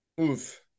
Oof